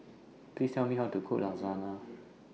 Please Tell Me How to Cook Lasagna